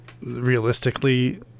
realistically